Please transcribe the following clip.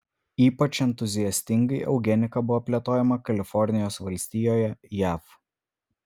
ypač entuziastingai eugenika buvo plėtojama kalifornijos valstijoje jav